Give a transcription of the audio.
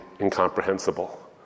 incomprehensible